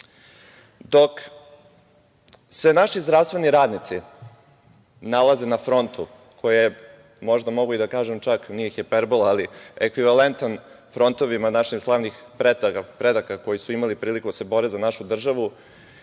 se naši zdravstveni radnici nalaze na frontu koji je, možda mogu i da kažem, čak nije hiperbola, ali ekvivalentan frontovima naših slavnih predaka koji su imali priliku da se bore za našu državu